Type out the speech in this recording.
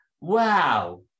wow